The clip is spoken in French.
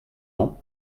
ans